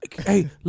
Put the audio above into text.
Hey